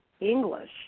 English